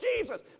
jesus